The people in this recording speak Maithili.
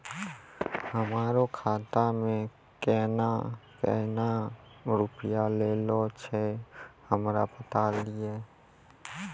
हमरो खाता मे केना केना रुपैया ऐलो छै? हमरा बताय लियै?